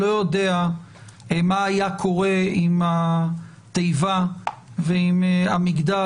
אני לא יודע מה היה קורה אם התיבה ואם המגדל